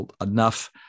enough